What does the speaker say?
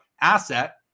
asset